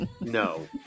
no